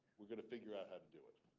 we're going to figure out how to do it.